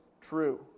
true